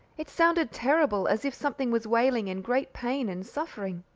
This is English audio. it sounded terrible, as if something was wailing in great pain and suffering.